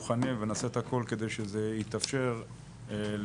מוכנים ונעשה את הכול כדי שזה יתאפשר לכולנו.